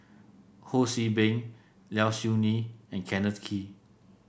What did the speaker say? Ho See Beng Low Siew Nghee and Kenneth Kee